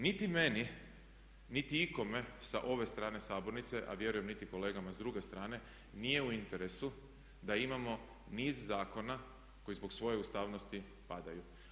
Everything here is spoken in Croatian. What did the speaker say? Niti meni, niti ikome sa ove strane sabornice, a vjerujem niti kolegama s druge strane nije u interesu da imamo niz zakona koji zbog svoje ustavnosti padaju.